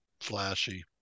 flashy